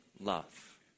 love